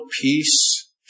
peace